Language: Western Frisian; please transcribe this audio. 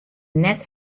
net